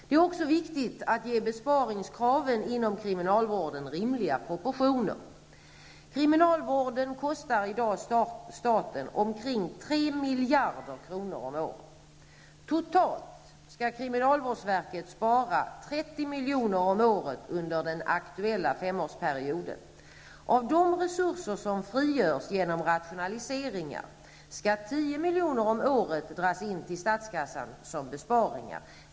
Det är också viktigt att ge besparingskraven inom kriminalvården rimliga proportioner. Kriminalvården kostar i dag staten omkring 3 miljarder kronor om året. Totalt skall kriminalvårdsverket spara 30 milj.kr. om året under den aktuella femårsperioden. Av de resurser som frigörs genom rationaliseringarna skall 10 milj.kr. om året dras in till statskassan som besparing.